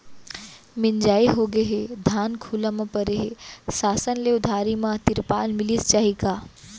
मिंजाई होगे हे, धान खुला म परे हे, शासन ले उधारी म तिरपाल मिलिस जाही का?